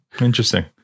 interesting